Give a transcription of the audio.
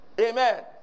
Amen